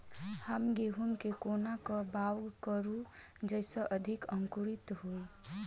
हम गहूम केँ कोना कऽ बाउग करू जयस अधिक अंकुरित होइ?